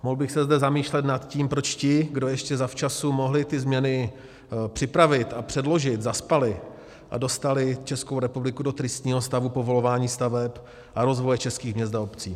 Mohl bych se zde zamýšlet nad tím, proč ti, kdo ještě zavčasu mohli ty změny připravit a předložit, zaspali a dostali Českou republiku do tristního stavu povolování staveb a rozvoje českých měst a obcí.